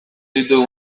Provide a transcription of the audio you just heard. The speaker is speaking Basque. ditu